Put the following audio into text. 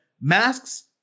masks